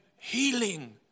healing